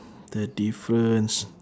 the difference